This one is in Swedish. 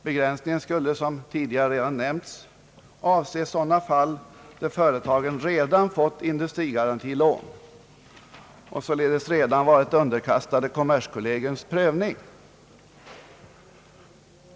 Begränsningen skulle, som redan nämnts, avse sådana fall där företagen redan fått industrigarantilån och således redan varit underkastade kommerskollegiums prövning.